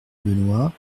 benoist